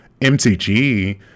MTG